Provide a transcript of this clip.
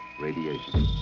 radiation